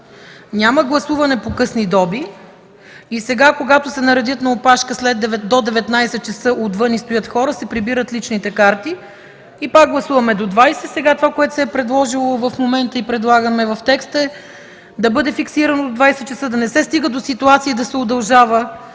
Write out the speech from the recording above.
Няма гласуване по късни доби. Когато се наредят на опашка до 19,00 ч. отвън и стоят хора, се прибират личните карти и пак гласуваме до 20,00 ч. Това, което в момента предлагаме в текста, е да бъде фиксирано 20,00 ч., да не се стига до ситуация да се удължава